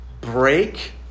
break